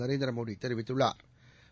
நரேந்திரமோடி தெரிவித்துள்ளாா்